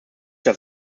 das